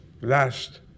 last